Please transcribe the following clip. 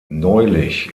neulich